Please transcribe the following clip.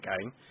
game